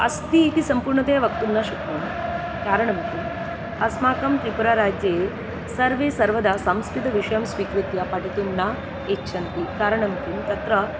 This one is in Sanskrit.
अस्ति इति संपूर्णतया वक्तुं न शक्नोमि कारणं किं अस्माकं त्रिपुराराज्ये सर्वे सर्वदा संस्कृतविषयं स्वीकृत्य पठितुं न इच्छन्ति कारणं किं तत्र